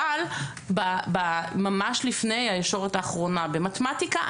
אבל ממש לפני הישורת האחרונה במתמטיקה,